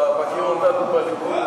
אתה מכיר אותנו בליכוד,